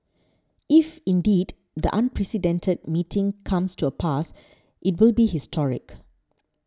if indeed the unprecedented meeting comes to pass it will be historic